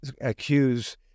accuse